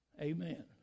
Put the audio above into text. Amen